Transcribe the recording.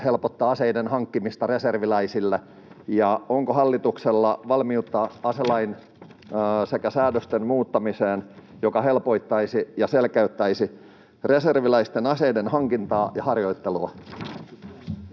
helpottaa aseiden hankkimista reserviläisille, ja onko hallituksella valmiutta aselain sekä muun säädöstön muuttamiseen, mikä helpottaisi ja selkeyttäisi reserviläisten aseiden hankintaa ja harjoittelua?